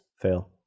fail